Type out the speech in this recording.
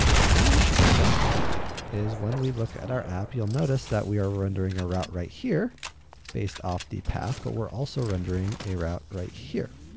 and now, what should happen is when we look at our app you'll notice that we are rendering a route right here based off the path but we're also rendering a route right here.